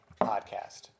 podcast